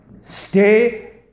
stay